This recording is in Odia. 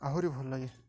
ଆହୁରି ଭଲଲାଗେ